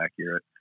accurate